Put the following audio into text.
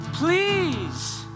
Please